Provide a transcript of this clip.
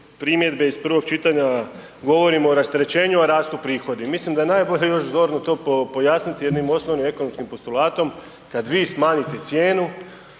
primjedbe iz prvog čitanja, govorimo o rasterećenju, a rastu prihodu, mislim da je najbolje još zorno to pojasniti jednim osnovnim ekonomskim postulatom kad vi smanjite cijenu